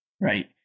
right